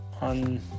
on